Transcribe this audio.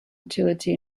utility